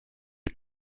est